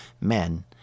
men